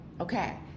Okay